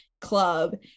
club